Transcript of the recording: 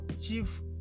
Chief